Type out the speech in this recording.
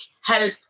help